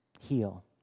heal